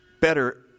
better